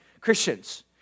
Christians